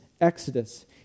Exodus